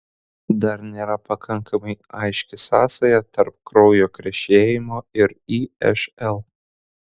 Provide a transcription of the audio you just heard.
dar nėra pakankamai aiški sąsaja tarp kraujo krešėjimo ir išl